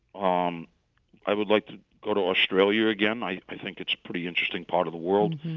um i would like to go to australia again i i think it's a pretty interesting part of the world.